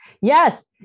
Yes